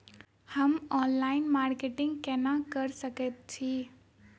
हम online marketing केना कऽ सकैत छी?